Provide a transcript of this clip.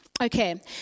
Okay